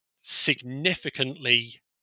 significantly